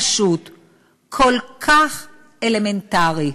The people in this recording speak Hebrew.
כל כך פשוט, כל כך אלמנטרי,